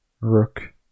rook